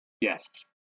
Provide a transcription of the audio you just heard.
yes